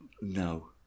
No